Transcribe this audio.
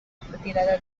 retirada